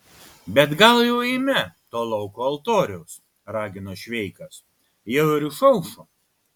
bet gal jau eime to lauko altoriaus ragino šveikas jau ir išaušo